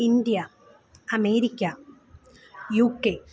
India America UK